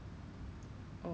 ya